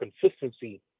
consistency